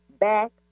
back